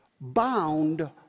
bound